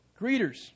greeters